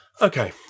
Okay